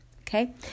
Okay